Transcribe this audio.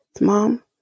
mom